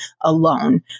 alone